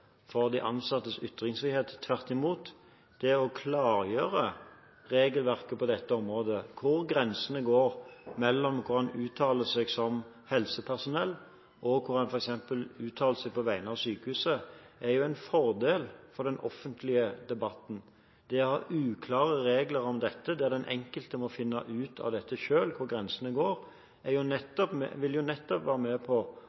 for de ansattes ytringsfrihet. Tvert imot, det å klargjøre regelverket på dette området – hvor grensene går mellom når en uttaler seg som helsepersonell, og når en uttaler seg på vegne av sykehuset – er en fordel for den offentlige debatten. Det å ha uklare regler om dette, der den enkelte selv må finne ut hvor grensene går, vil nettopp være med på